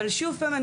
אבל שוב פעם,